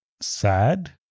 sad